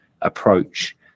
approach